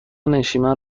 نشیمن